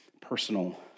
personal